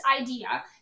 idea